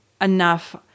enough